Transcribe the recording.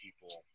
people